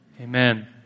Amen